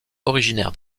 originaire